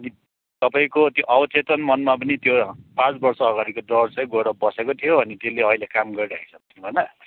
अनि तपाईँको त्यो अवचेतन मनमा पनि त्यो पाँच वर्ष अगाडिको डर चाहिँ गएर बसेको थियो अनि त्यसले अहिले काम गरिरहेछ होइन